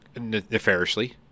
nefariously